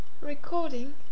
Recording